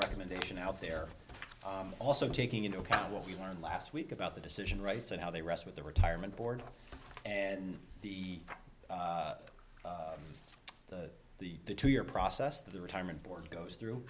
recommendation out there also taking into account what we learned last week about the decision rights and how they rest with the retirement board and the the the the two year process the retirement board goes through